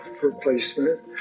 replacement